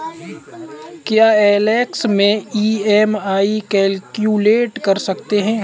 क्या एक्सेल में EMI calculate कर सकते हैं?